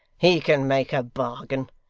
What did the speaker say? he can make a bargain.